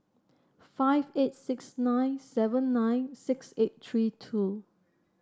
five eight six nine seven nine six eight three two